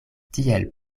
tiel